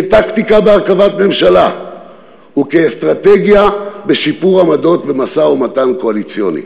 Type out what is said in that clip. כטקטיקה בהרכבת ממשלה וכאסטרטגיה בשיפור עמדות במשא ומתן קואליציוני.